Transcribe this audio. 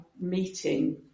meeting